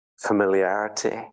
familiarity